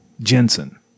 Jensen